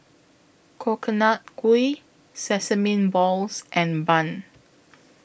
Coconut Kuih Sesame Balls and Bun